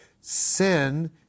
sin